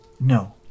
No